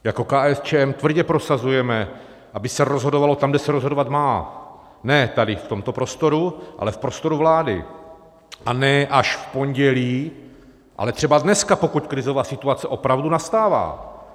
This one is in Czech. Jako KSČM tvrdě prosazujeme, aby se rozhodovalo tam, kde se rozhodovat má, ne tady v tomto prostoru, ale v prostoru vlády, a ne až v pondělí, ale třeba dnes, pokud krizová situace opravdu nastává.